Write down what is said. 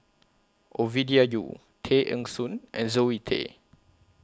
Ovidia Yu Tay Eng Soon and Zoe Tay